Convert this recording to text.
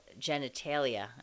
genitalia